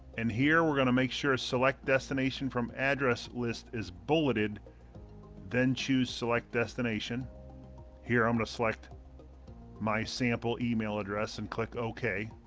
and here we're gonna make sure a select destination from address list is bulleted then choose select destination here i'm gonna select my sample email address and click ok